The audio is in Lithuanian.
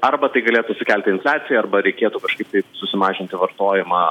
arba tai galėtų sukelti infliaciją arba reikėtų kažkaip tai susimažinti vartojimą